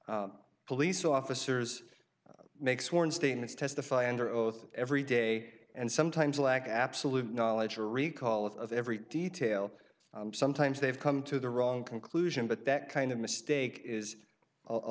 mcdermott police officers make sworn statements testify under oath every day and sometimes lack absolute knowledge or recall of every detail sometimes they've come to the wrong conclusion but that kind of mistake is a